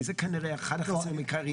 כי זה כנראה אחד החסמים העיקריים.